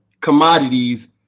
commodities